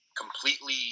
completely